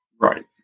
right